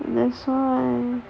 that's why